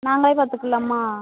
நாங்களே பார்த்துக்கலாமா